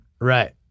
Right